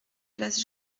place